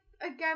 again